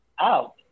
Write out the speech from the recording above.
out